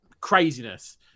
craziness